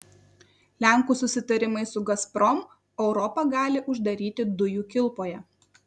lenkų susitarimai su gazprom europą gali uždaryti dujų kilpoje